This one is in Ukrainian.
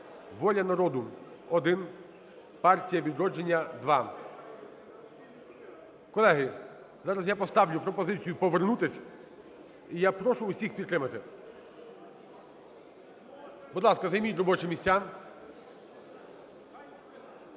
"Воля народу" – 1, "Партія "Відродження" – 2. Колеги, зараз я поставлю пропозицію повернутись і я прошу всіх підтримати. Будь ласка, займіть робочі місця.